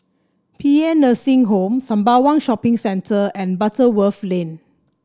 Paean Nursing Home Sembawang Shopping Centre and Butterworth Lane